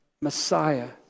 Messiah